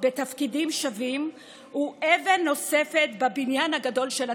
בתפקידים שווים הוא אבן נוספת בבניין הגדול של הצדק.